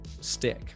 stick